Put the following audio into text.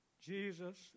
Jesus